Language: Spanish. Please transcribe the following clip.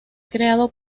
creado